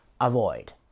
avoid